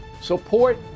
support